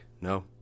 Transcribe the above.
No